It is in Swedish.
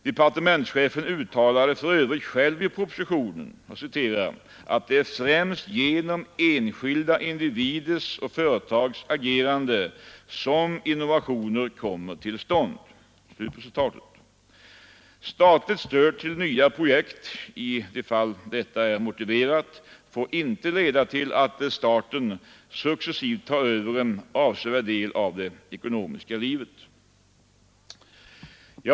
Departementschefen uttalade för övrigt själv i propositionen ”att det är främst genom enskilda individers och företags agerande som innovationer kommer till stånd”. Statligt stöd till nya projekt, i de fall detta är motiverat, får inte leda till att staten successivt tar över en avsevärd del av det ekonomiska livet.